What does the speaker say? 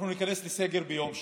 אנחנו ניכנס לסגר ביום שישי,